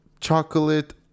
chocolate